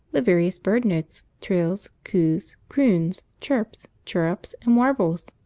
the various bird notes, trills, coos, croons, chirps, chirrups, and warbles.